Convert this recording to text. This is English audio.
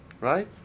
right